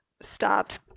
stopped